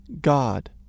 God